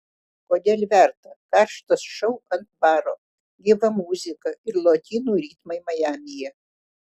kodėl verta karštas šou ant baro gyva muzika ir lotynų ritmai majamyje